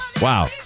Wow